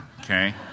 okay